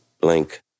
blank